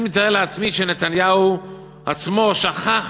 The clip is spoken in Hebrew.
אני מתאר לעצמי שנתניהו עצמו שכח